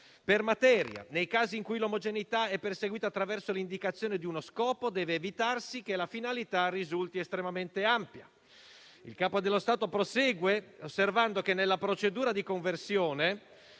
per materia; nei casi in cui l'omogeneità sia perseguita attraverso l'indicazione di uno scopo, deve evitarsi che la finalità risulti estremamente ampia. Il Capo dello Stato prosegue osservando che: nella procedura di conversione